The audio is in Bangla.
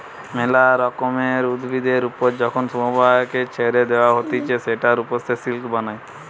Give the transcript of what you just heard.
মেলা রকমের উভিদের ওপর যখন শুয়োপোকাকে ছেড়ে দেওয়া হতিছে সেটার ওপর সে সিল্ক বানায়